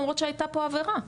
למרות שהייתה פה עבירה.